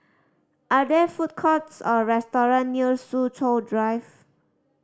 are there food courts or restaurant near Soo Chow Drive